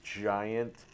giant